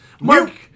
Mark